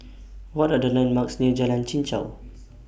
What Are The landmarks near Jalan Chichau